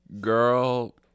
girl